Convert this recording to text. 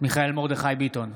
מיכאל מרדכי ביטון,